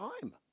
time